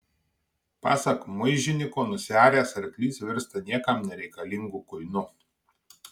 pasak muižiniko nusiaręs arklys virsta niekam nereikalingu kuinu